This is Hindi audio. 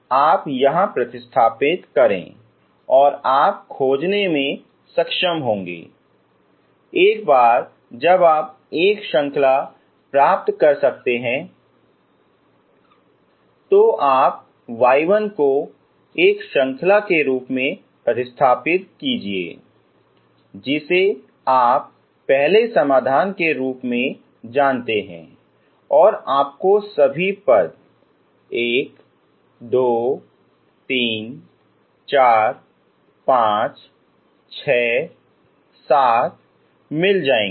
आप यहां प्रतिस्थापित करें और आप खोजने में सक्षम होंगे एक बार जब आप एक श्रृंखला प्राप्त कर लेते हैं तो आप y1 को एक श्रृंखला के रूप में प्रतिस्थापित काएँ जिसे आप पहले समाधान के रूप में जानते हैं और आपको सभी पद एक दो तीन चार पांच छह सात मिल जाएंगी